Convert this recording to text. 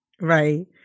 Right